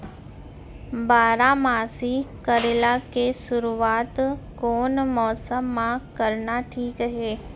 बारामासी करेला के शुरुवात कोन मौसम मा करना ठीक हे?